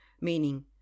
meaning